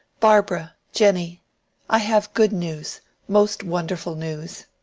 barbara jenny i have good news most wonderful news.